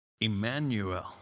Emmanuel